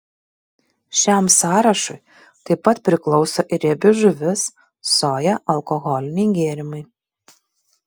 šiam sąrašui taip pat priklauso ir riebi žuvis soja alkoholiniai gėrimai